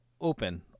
open